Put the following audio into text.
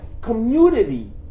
community